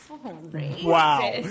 Wow